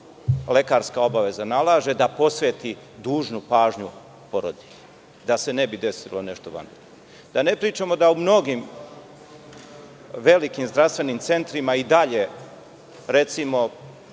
lekarska obaveza nalaže, da posveti dužnu pažnju porodilji, da se ne bi desilo nešto vanredno.U mnogim velikim zdravstvenim centrima i dalje, recimo,